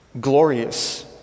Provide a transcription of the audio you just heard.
glorious